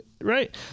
Right